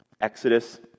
Exodus